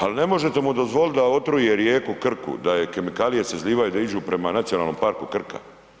Ali ne možete mu dozvoliti da otruje rijeku Krku, da se kemikalije izlijevaju da idu prema Nacionalnom parku Krka.